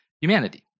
humanity